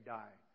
die